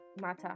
matter